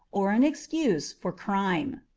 or an excuse for crime.